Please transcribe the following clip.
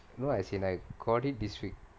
no as in I got it this week